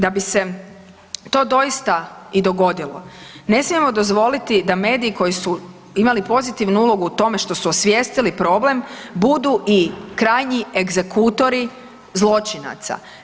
Da bi se to doista i dogodilo ne smijemo dozvoliti da mediji koji su imali pozitivnu ulogu u tome što su osvijestili problem budu i krajnji egzekutori zločinaca.